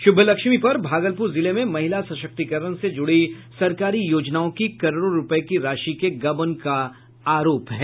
शुभलक्ष्मी पर भागलपुर जिले में महिला सशक्तीकरण से जुड़ी सरकारी योजनाओं की करोड़ों रूपये की राशि के गबन करने का आरोप है